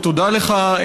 ותודה לך,